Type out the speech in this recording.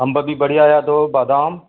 अंब बि बढ़िया आया अथव बादाम